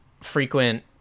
frequent